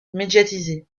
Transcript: médiatisé